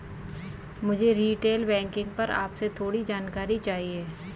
मुझे retail banking पर आपसे थोड़ी जानकारी चाहिए